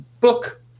book